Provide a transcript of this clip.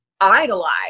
idolize